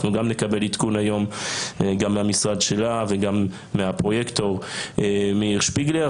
אנחנו גם נקבל עדכון מהמשרד שלה וגם מהפרויקטור מאיר שפיגלר,